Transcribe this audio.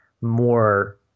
more